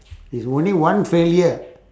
it's only one failure